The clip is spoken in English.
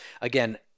Again